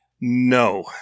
No